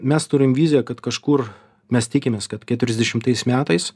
mes turim viziją kad kažkur mes tikimės kad keturiasdešimtais metais